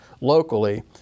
locally